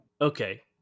Okay